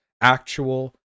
actual